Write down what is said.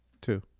two